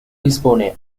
dispone